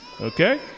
Okay